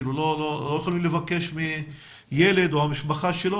כאילו לא יכולים לבקש מילד או המשפחה שלו